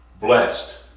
blessed